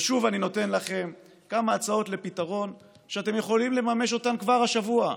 ושוב אני נותן לכם כמה הצעות לפתרון שאתם יכולים לממש אותן כבר השבוע.